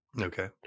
Okay